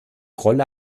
rolle